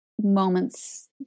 moments